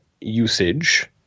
usage